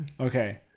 Okay